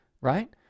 right